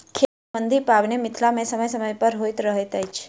खेती सम्बन्धी पाबैन मिथिला मे समय समय पर होइत रहैत अछि